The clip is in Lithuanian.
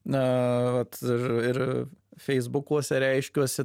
na vat ir ir feisbukuose reiškiuosi